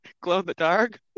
glow-in-the-dark